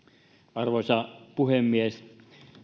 arvoisa puhemies